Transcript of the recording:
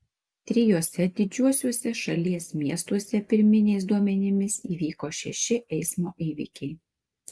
trijuose didžiuosiuose šalies miestuose pirminiais duomenimis įvyko šeši eismo įvykiai